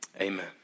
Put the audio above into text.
amen